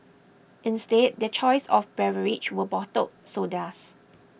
instead their choice of beverage were bottled sodas